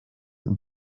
and